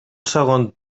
segon